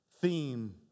theme